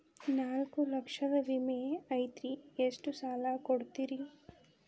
ನಾಲ್ಕು ಲಕ್ಷದ ವಿಮೆ ಐತ್ರಿ ಎಷ್ಟ ಸಾಲ ಕೊಡ್ತೇರಿ?